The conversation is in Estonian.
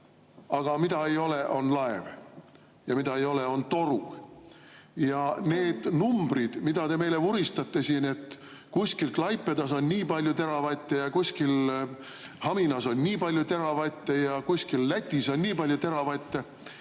Aga mida ei ole, on laev, ja mida ei ole, on toru. Ja need numbrid, mida te meile vuristate siin, et kuskil Klaipedas on nii palju teravatte ja kuskil Haminas on nii palju teravatte ja kuskil Lätis on nii palju teravatte